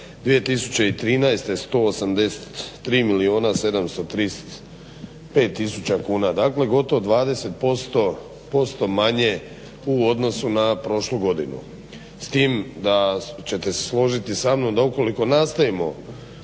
2013. 183 milijuna 735 tisuća kuna. Dakle gotovo 20% manje u odnosu na prošlu godinu. S tim da ćete se složiti sa mnom da ukoliko nastavimo,